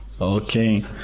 okay